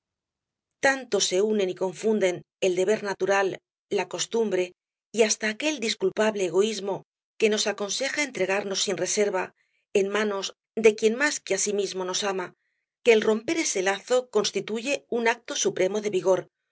tanto se unen y confunden el deber natural la costumbre y hasta aquel disculpable egoísmo que nos aconseja entregarnos sin reserva en manos de quien más que á sí mismo nos ama que el romper ese lazo constituye un acto de supremo vigor uno